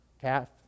calf